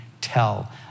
tell